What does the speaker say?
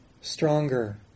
stronger